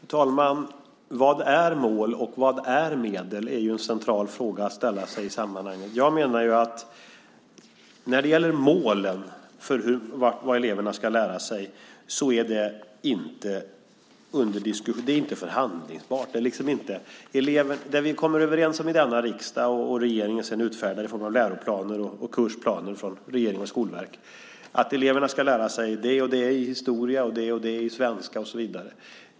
Fru talman! Vad är mål, och vad är medel? Det är en central fråga att ställa sig i sammanhanget. När det gäller målen för vad eleverna ska lära sig är det inte förhandlingsbart. Det vi kommer överens om i denna riksdag utfärdar regeringen sedan bestämmelser om i form av läroplaner och kursplaner från regering och Skolverket. Eleverna ska lära sig en del saker i historia, andra saker i svenska, och så vidare.